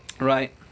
Right